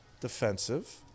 defensive